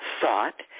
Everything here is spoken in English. thought